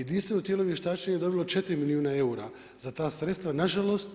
Jedinstveno tijelo vještačenja je dobilo 4 milijuna eura za ta sredstva nažalost,